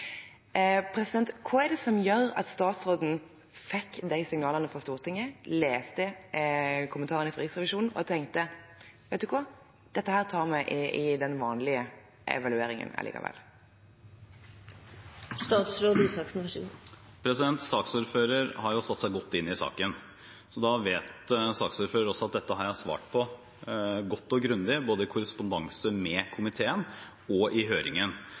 Hva er det som gjør at statsråden fikk de signalene fra Stortinget, leste kommentarene fra Riksrevisjonen og tenkte: Vet du hva, dette tar vi i den vanlige evalueringen allikevel? Saksordføreren har jo satt seg godt inn i saken, så da vet saksordføreren også at dette har jeg svart på godt og grundig både i korrespondanse med komiteen og i høringen.